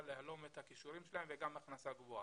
להלום את הכישורים שלהם וגם לתת להם הכנסה גבוהה.